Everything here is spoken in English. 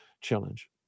challenge